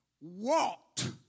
walked